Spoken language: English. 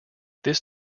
this